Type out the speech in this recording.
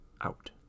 out